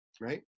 right